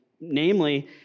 namely